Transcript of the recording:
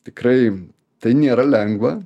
tikrai tai nėra lengva